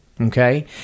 okay